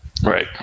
right